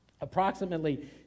Approximately